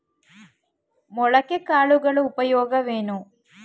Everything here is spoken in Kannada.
ಮೊಳಕೆ ಕಾಳುಗಳ ಉಪಯೋಗವೇನು?